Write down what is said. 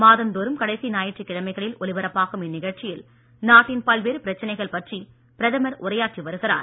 மாதந்தோறும் கடைசி ஞாயிற்றுக்கிழமைளில் ஒலிபரப்பாகும் இந்நிகழ்ச்சியில் நாட்டின் பல்வேறு பிரச்சினைகள் பற்றி பிரதமர் உரையாற்றி வருகிறார்